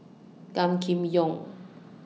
Gan Kim Yong